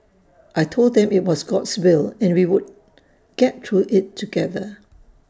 I Told them that IT was God's will and we would get through IT together